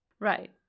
Right